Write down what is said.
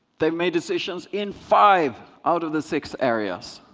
they've made decisions in five out of the six areas.